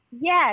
Yes